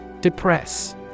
Depress